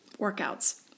workouts